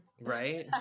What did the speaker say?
Right